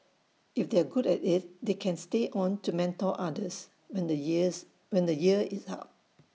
if they are good at IT they can stay on to mentor others when the years when the year is up